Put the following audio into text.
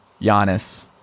Giannis